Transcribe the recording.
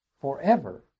forever